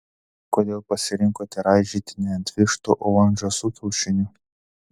kodėl pasirinkote raižyti ne ant vištų o ant žąsų kiaušinių